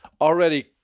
already